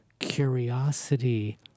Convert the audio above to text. curiosity